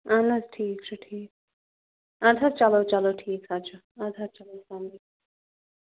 اَہَن حظ ٹھیٖک چھُ ٹھیٖک اَدٕ حظ چلو چلو ٹھیٖک حظ چھُ اَدٕ حظ چلو السلامُ علیکُم